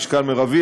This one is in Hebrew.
משקל מרבי,